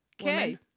Okay